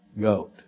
goat